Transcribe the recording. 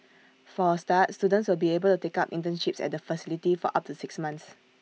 for A start students will be able to take up internships at the facility for up to six months